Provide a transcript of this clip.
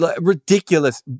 ridiculous